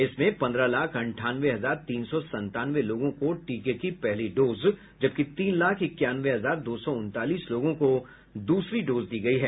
इसमें पन्द्रह लाख अंठानवे हजार तीन सौ संतानवे लोगों को टीके की पहली डोज जबकि तीन लाख इक्यानवे हजार दो सौ उनतालीस लोगों को द्रसरी डोज दी गयी है